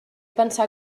pensar